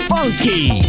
Funky